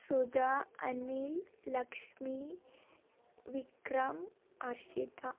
Sudha Anil Lakshmi Vikram Harshita